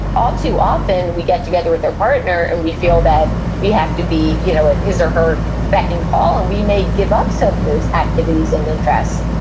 all too often, we get together with our partner, and we feel that we have to be you know at his or her beck and call, and we may give up some of those activities and interests.